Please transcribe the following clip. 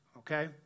Okay